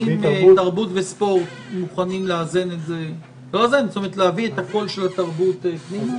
אם תרבות וספורט מוכנים להביא את הקול של התרבות פנימה,